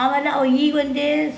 ಆಮೇಲೆ ಅವು ಈಗ ಒಂದೆ